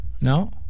no